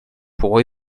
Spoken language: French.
pour